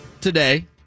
today